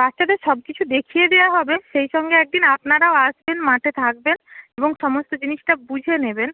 বাচ্চাদের সব কিছু দেখিয়ে দেওয়া হবে সেই সঙ্গে একদিন আপনারাও আসবেন মাঠে থাকবেন এবং সমস্ত জিনিসটা বুঝে নেবেন